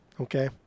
Okay